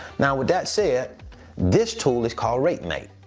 now with that said, this tool is called rate mate.